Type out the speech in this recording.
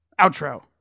Outro